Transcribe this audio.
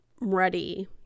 ready